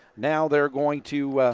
now they are going to